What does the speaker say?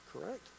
correct